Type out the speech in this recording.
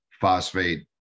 phosphate